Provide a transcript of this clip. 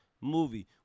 movie